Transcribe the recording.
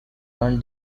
run